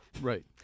Right